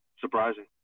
surprising